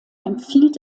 empfiehlt